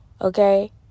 Okay